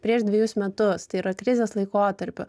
prieš dvejus metus tai yra krizės laikotarpiu